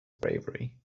bravery